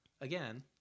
again